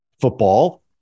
football